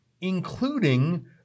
including